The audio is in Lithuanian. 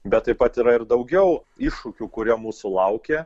bet taip pat yra ir daugiau iššūkių kurie mūsų laukia